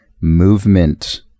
Movement